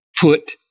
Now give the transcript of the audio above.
put